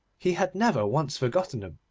he had never once forgotten them,